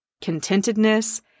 contentedness